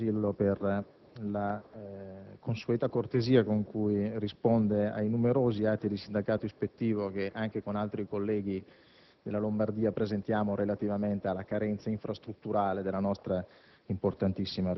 Signor Presidente, desidero ringraziare il sottosegretario Casillo per la consueta cortesia con cui risponde ai numerosi atti di sindacato ispettivo che, anche con altri colleghi